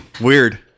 Weird